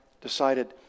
decided